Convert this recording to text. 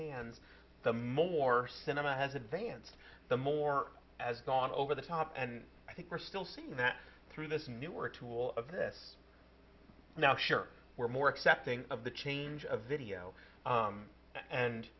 hands the more cinema has advanced the more as gone over the top and i think we're still seeing that through this newer tool of this now sure we're more accepting of the change of video